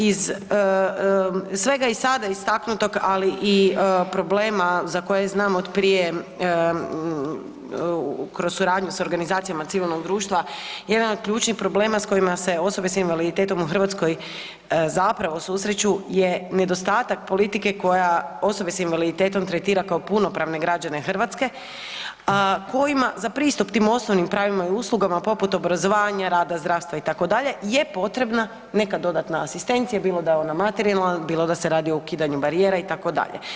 Iz svega sada istaknutog, ali i problema za koje znam od prije kroz suradnju s organizacijama civilnog društva jedan od ključnih problema s kojima se osobe s invaliditetom u Hrvatskoj susreću je nedostatak politike koja osobe s invaliditetom tretira kao punopravne građane Hrvatske kojima za pristup tim osnovnim pravima i uslugama poput obrazovanja, rada zdravstva itd. je potrebna neka dodatna asistencija, bilo da je ona materijalna, bilo da se radi o ukidanju barijera itd.